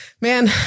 man